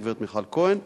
הגברת מיכל כהן,